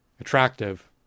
attractive